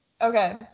Okay